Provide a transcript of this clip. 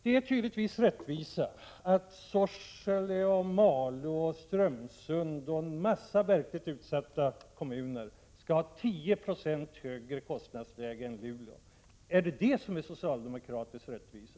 Det är tydligen rättvisa att Sorsele, Malå, Strömsund och många andra verkligt utsatta kommuner skall ha 10 96 högre kostnadsläge än Luleå. Är det socialdemokratisk rättvisa?